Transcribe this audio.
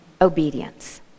obedience